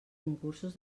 concursos